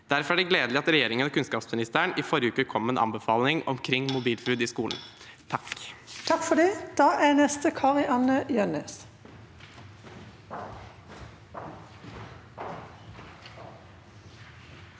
Derfor er det også gledelig at regjeringen og kunnskapsministeren i forrige uke kom med en anbefaling om mobilforbud i skolen.